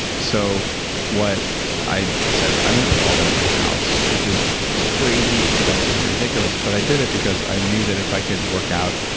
so what i said is, i'm going to put all of that at my house, which is crazy expensive and ridiculous, but i did it because i knew that if i could work out,